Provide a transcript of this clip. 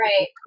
right